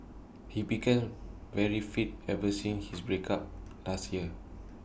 he became very fit ever since his breakup last year